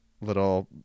little